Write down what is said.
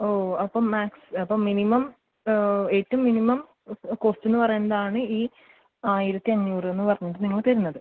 ഓ അപ്പം മാക്സ് അപ്പം മിനിമം ഏറ്റവും മിനിമം കോസ്റ്റ് എന്ന് പറയുന്നതാണീ ഈ ആയിരത്തി അഞ്ഞൂറ് ഏന്ന് പറഞ്ഞിട്ട് നിങ്ങൾ തരുന്നത്